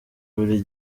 buri